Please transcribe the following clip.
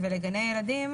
לגני ילדים,